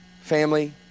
family